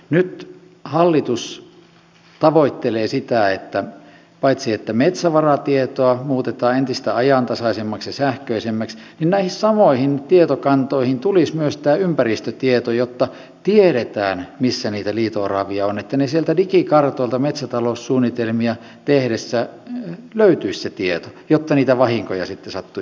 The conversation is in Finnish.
nyt hallitus tavoittelee sitä että paitsi että metsävaratietoa muutetaan entistä ajantasaisemmaksi ja sähköisemmäksi niin näihin samoihin tietokantoihin tulisi myös tämä ympäristötieto jotta tiedetään missä niitä liito oravia on että sieltä digikartoilta metsätaloussuunnitelmia tehtäessä löytyisi se tieto jotta niitä vahinkoja sitten sattuisi vähemmän